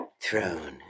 throne